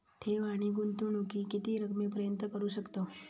ठेव आणि गुंतवणूकी किती रकमेपर्यंत करू शकतव?